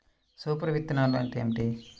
Super విత్తనాలు అంటే ఏమిటి?